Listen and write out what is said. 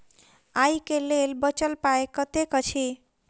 आइ केँ लेल बचल पाय कतेक अछि?